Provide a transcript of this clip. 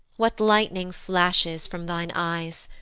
what light'ning flashes from thine eyes?